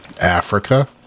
africa